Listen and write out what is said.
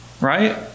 right